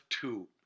two